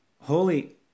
holy